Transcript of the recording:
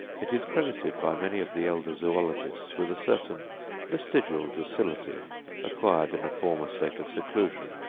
it is credited by many of the elder zoologists with a certain vestigial docility acquired in a former state of seclusion,